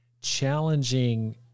challenging